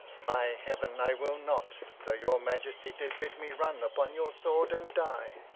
by heaven, i will not, though your majesty did bid me run upon your sword and die.